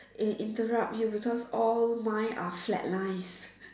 in~ interrupt you because all mine are flat lines